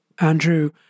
Andrew